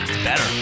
Better